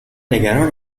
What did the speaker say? نگران